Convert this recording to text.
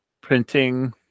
printing